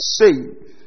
save